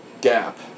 gap